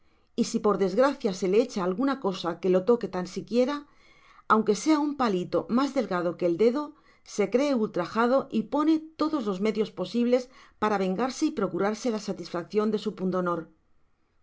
y si por desgracia se le echa alguna cosa que lo toque tan siquiera aunque sea un palito mas delgado que el dedo se cree ultrajado y pone todos los medios posibles para vengarse y procurarse la sat sfaccion de su pundonor